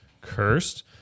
cursed